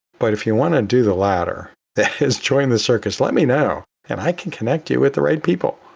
but if you want to do the latter, that is join the circus. let me know and i can connect you with the right people.